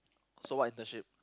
so what internship